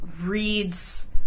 reads